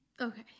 Okay